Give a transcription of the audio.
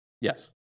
yes